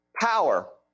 power